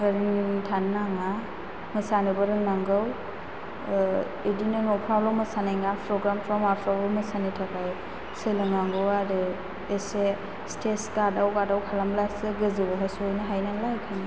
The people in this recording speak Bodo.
ओरैनो थानो नाङा मोसानोबो रोंनांगौ इदिनो न'फ्रावल' मोसानाय नङा प्रग्रामफ्राव माफ्रावबो मोसानो थाखाय सोलोंनांगौ आरो एसे स्थेस गादाव गाथाव खालामब्लासो गोजौआव हाय सहैनो हायो नालाय बेखायनो